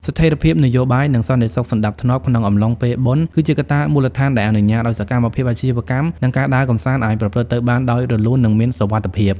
ស្ថិរភាពនយោបាយ និងសន្តិសុខសណ្តាប់ធ្នាប់ក្នុងអំឡុងពេលបុណ្យ គឺជាកត្តាមូលដ្ឋានដែលអនុញ្ញាតឱ្យសកម្មភាពអាជីវកម្ម និងការដើរកម្សាន្តអាចប្រព្រឹត្តទៅបានដោយរលូន និងមានសុវត្ថិភាព។